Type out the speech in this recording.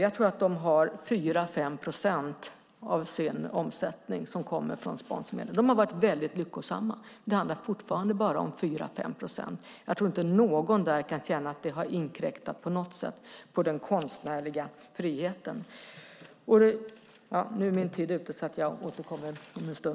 Jag tror att 4-5 procent av omsättningen kommer från sponsormedel. De har varit väldigt lyckosamma, men det handlar fortfarande om bara 4-5 procent. Jag tror inte att någon där kan känna att det på något sätt har inkräktat på den konstnärliga friheten.